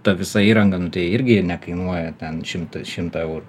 ta visa įranga nu tai irgi nekainuoja ten šimtą šimtą eurų